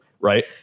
Right